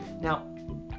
now